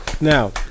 Now